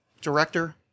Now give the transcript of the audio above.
director